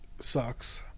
sucks